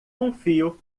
confio